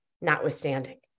notwithstanding